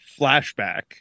flashback